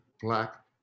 Black